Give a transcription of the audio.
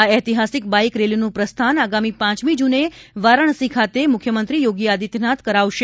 આ ઐતિહાસિક બાઇક રેલીનું પ્રસ્થાન આગામી પાંચમી જૂને વારાણસી ખાતે મુખ્યમંત્રી યોગી આદિત્યનાથ કરાવશે